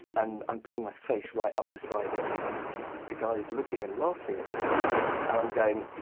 and i'm putting my face right up beside it and the guy is looking and laughing at me and i'm going,